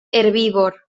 herbívor